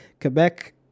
Quebec